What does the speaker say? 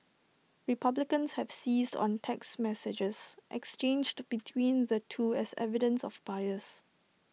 republicans have seized on text messages exchanged between the two as evidence of bias